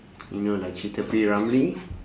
you know like cheater play